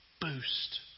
boost